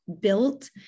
built